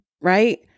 right